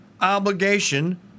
Obligation